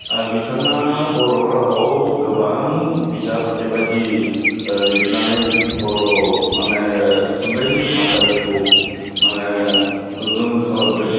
आरो बिथाङा बर' रावआव गोबां बिजाब बेबायदि लिरनानै बर' माने थुनलाइनि बाहानदारिखौ माने गोगोम खालामदों